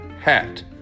Hat